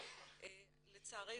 לצערי,